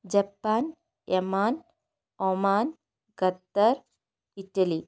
Japan Yemen Oman Qatar Italy